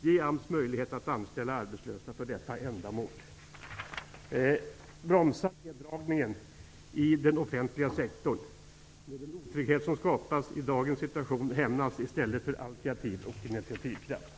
Ge AMS möjlighet att anställa arbetslösa för detta ändamål. Med den otrygghet som skapas i dagens situation hämmas i stället all kreativitet och initiativkraft.